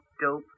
dope